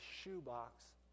shoebox